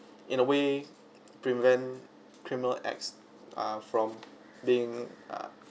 in a way prevent criminal acts are from being uh